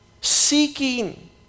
seeking